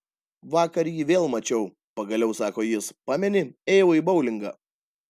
vakar jį vėl mačiau pagaliau sako jis pameni ėjau į boulingą